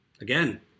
Again